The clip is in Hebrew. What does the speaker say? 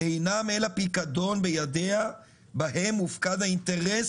אינם אלא פיקדון בידיה בהם מופקד האינטרס